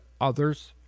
others